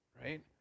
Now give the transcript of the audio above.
right